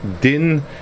Din